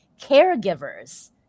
caregivers